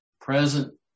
present